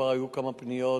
כבר היו כמה פניות,